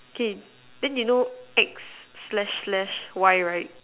okay then you know X slash slash Y right